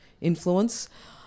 influence